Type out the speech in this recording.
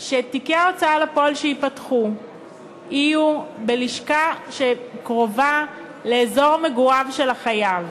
שתיקי ההוצאה לפועל שייפתחו יהיו בלשכה שקרובה לאזור מגוריו של החייב.